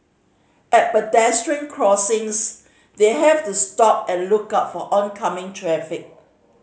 at pedestrian crossings they have to stop and look out for oncoming traffic